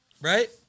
Right